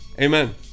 Amen